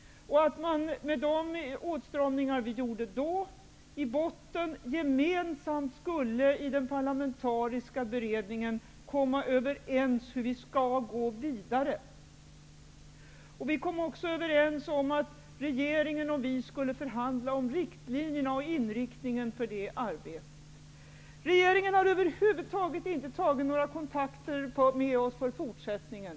Med de åstram ningar vi då gjorde i botten skulle vi gemensamt i den parlamentariska beredningen komma över ens om hur vi skall gå vidare. Vi kom också över ens om att regeringen och vi skulle förhandla om riktlinjerna för och inriktningen av det arbetet. Regeringen har över huvud taget inte tagit några kontakter med oss för fortsättningen.